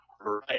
right